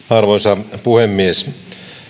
arvoisa puhemies